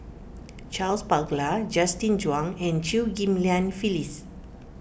Charles Paglar Justin Zhuang and Chew Ghim Lian Phyllis